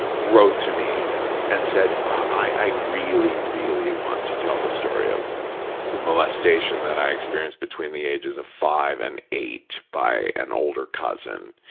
wrote to me and said, oh, i, i really, really want to tell the story of the molestation that i experienced between the ages of five and eight by an older cousin.